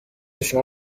شما